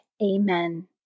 Amen